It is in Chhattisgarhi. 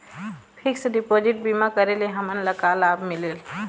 फिक्स डिपोजिट बीमा करे ले हमनला का लाभ मिलेल?